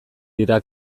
dira